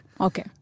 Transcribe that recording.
Okay